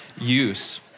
use